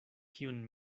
kiun